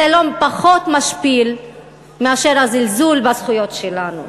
זה לא פחות משפיל מאשר הזלזול בזכויות שלנו.